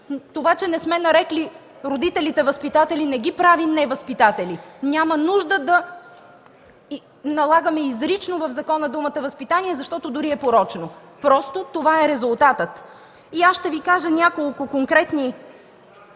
Това, че не сме нарекли родителите „възпитатели”, не ги прави невъзпитатели. Няма нужда да налагаме изрично в закона думата „възпитание”, защото дори е порочно. Просто това е резултатът. Ще Ви кажа няколко конкретни